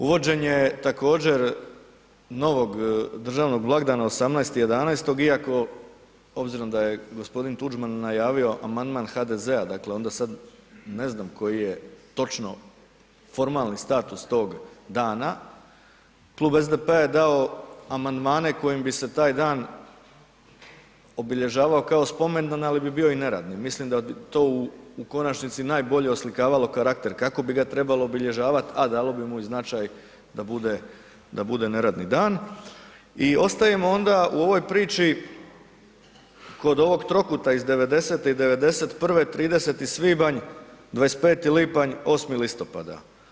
Uvođenje također novog državnog blagdana 18.11. iako obzirom da je g. Tuđman najavio, amandman HDZ-a, dakle onda sad ne znam koji je točno formalni status tog dana, Klub SDP-a je dao amandmane kojim bi se taj dan obilježavao kao spomendan, ali bi bio i neradni, mislim da to u konačnici najbolje oslikavao karakter, kako bi ga trebalo obilježavati a dalo bi mu i značaj da bude neradni dan i ostajemo onda u ovoj priči kod ovog trokuta iz 90. i 91., 30. svibnja, 25. lipnja, 8. listopada.